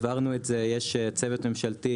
יש צוות ממשלתי,